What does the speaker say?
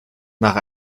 nach